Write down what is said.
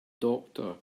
doctor